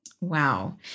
Wow